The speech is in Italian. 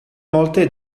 molte